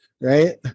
right